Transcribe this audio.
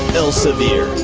elsevier,